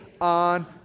on